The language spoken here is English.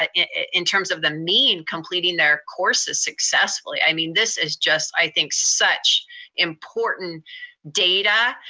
in terms of the mean, completing their courses successfully. i mean, this is just i think such important data.